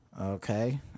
Okay